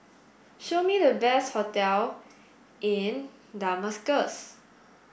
show me the best hotel in Damascus